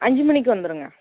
அஞ்சு மணிக்கு வந்துடுங்க